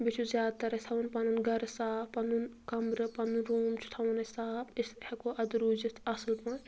بیٚیہِ چھُ زیادٕ تراَسہِ تھاوُن پَنُن گرٕ صاف پَنُن کَمرٕ پَنُن روٗم چھُ تھاوُن اَسہِ صاف أسۍ ہٮ۪کو اَدٕ روٗزِتھ اَصٕل پٲٹھۍ